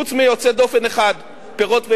חוץ מיוצא דופן אחד, פירות וירקות.